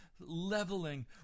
leveling